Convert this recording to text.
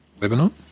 Lebanon